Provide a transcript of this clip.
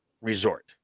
resort